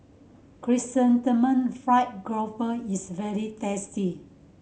Chrysanthemum Fried Grouper is very tasty